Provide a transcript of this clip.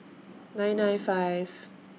nine nine five